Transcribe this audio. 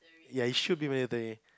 ya it should be mandatory